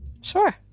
Sure